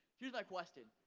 here's my question.